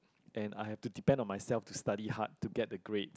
and I had to depend on myself to study hard to get the great